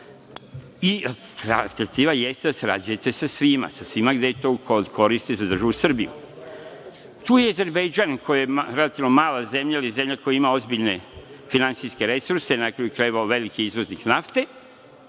Alternativa jeste da sarađujete sa svima, sa svima gde je to od koristi za državu Srbiju. Tu je Azerbejdžan koji je relativno mala zemlja ili zemlja koja ima ozbiljne finansijske resurse, na kraju krajeva veliki izvoznik nafte